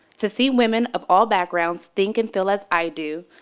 to see women of all back grounds think and feel as i do,